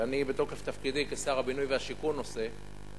ואני בתוקף תפקידי כשר הבינוי והשיכון עושה,